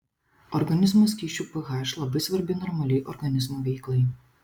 organizmo skysčių ph labai svarbi normaliai organizmo veiklai